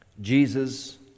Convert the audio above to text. Jesus